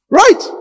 right